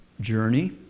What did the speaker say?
journey